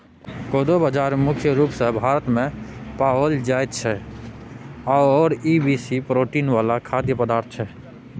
कोदो बाजरा मुख्य रूप सँ भारतमे पाओल जाइत छै आओर ई बेसी प्रोटीन वला खाद्य पदार्थ छै